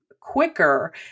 quicker